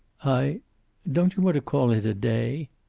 i don't you want to call it a day?